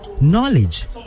knowledge